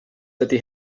dydy